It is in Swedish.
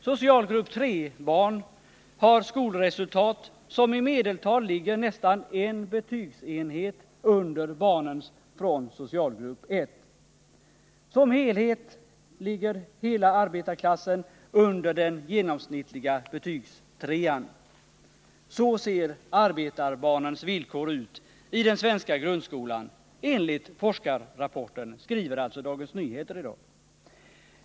Socialgrupp III-barn har skolresultat som i medeltal ligger nästan en betygsenhet under barnens från socialgrupp I. Som helhet ligger hela arbetarklassen under den genomsnittliga betygstrean. Så ser arbetarbarnens villkor ut i den svenska grundskolan enligt en forskningsrapport”, skriver alltså Dagens Nyheter i dag.